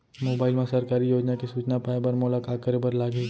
mobile मा सरकारी योजना के सूचना पाए बर मोला का करे बर लागही